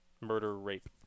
murder-rape